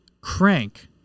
crank